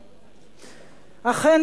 אכן,